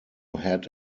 had